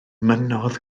mynnodd